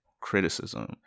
criticism